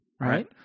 Right